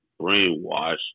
brainwashed